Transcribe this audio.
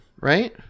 right